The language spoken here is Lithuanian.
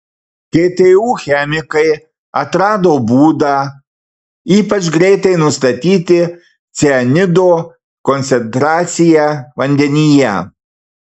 ktu chemikai atrado būdą ypač greitai nustatyti cianido koncentraciją vandenyje